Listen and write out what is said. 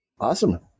Awesome